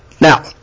Now